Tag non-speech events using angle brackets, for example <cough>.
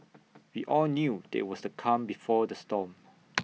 we all knew there was the calm before the storm <noise>